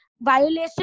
violation